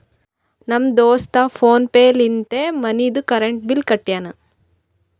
ನಮ್ ದೋಸ್ತ PhonePe ಲಿಂತೆ ಮನಿದು ಕರೆಂಟ್ ಬಿಲ್ ಕಟ್ಯಾನ್